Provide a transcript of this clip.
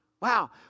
Wow